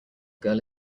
girl